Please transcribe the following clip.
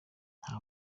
nta